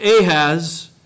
Ahaz